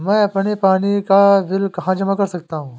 मैं अपने पानी का बिल कहाँ जमा कर सकता हूँ?